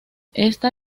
esta